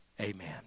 amen